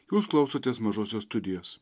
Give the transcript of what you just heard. jūs klausotės mažosios studijos